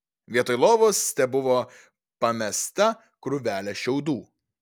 vietoj lovos tebuvo pamesta krūvelė šiaudų